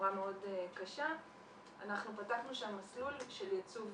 חומרה מאוד קשה אנחנו פתחנו שם מסלול של ייצוב